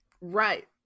Right